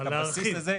את הבסיס הזה.